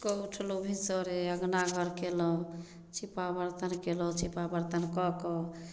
सुति कऽ उठलहुॅं भिनसरे अङ्गना घर केलहुॅं छिपा बर्तन केलहुॅं छिपा बर्तन कऽ कऽ